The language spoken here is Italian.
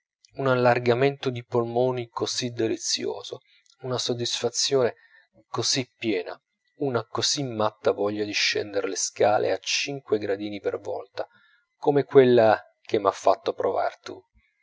un allargamento di polmoni così delizioso una soddisfazione così piena una così matta voglia di scender le scale a cinque gradini per volta come quella che m'hai fatto provar tu